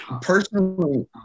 personally